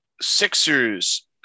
Sixers